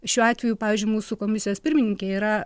šiuo atveju pavyzdžiui mūsų komisijos pirmininkė yra